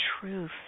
truth